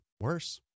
worse